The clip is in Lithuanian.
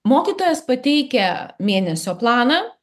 mokytojas pateikia mėnesio planą